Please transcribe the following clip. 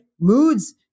Moods